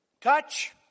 touch